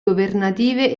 governative